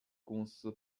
公司